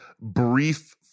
brief